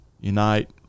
unite